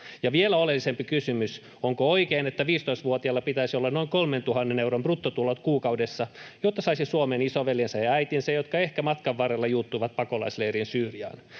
vielä oleellisempi kysymys: onko oikein, että 15-vuotiaalla pitäisi olla noin 3 000 euron bruttotulot kuukaudessa, jotta saisi Suomeen isoveljensä ja äitinsä, jotka ehkä matkan varrella juuttuivat pakolaisleiriin Syyriaan?